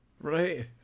Right